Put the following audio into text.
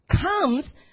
comes